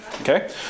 Okay